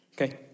Okay